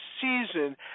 season